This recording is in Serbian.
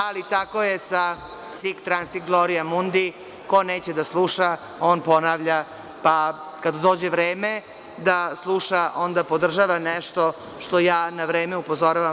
Ali, tako je sa „sic transit Gloria mundi“ – ko neće da sluša, on ponavlja, pa kad dođe vreme da sluša, onda podržava nešto što ja na vreme upozoravam.